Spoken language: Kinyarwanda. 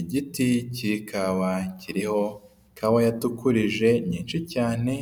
Igiti k'ikawa kiriho ikawa yatukurije nyinshi cyane